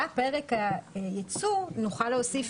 פרק הייצוא, נוכל להוסיף.